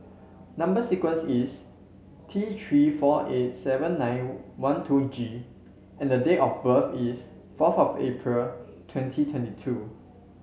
number sequence is T Three four eight seven nine one two G and the date of birth is fourth of April twenty twenty two